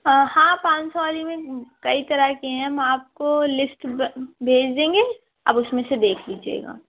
ہاں ہاں پانچ سو والی میں کئی طرح کی ہیں ہم آپ کو لیسٹ بھیج دیں گے آپ اُس میں سے دیکھ لیجیے گا